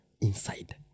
inside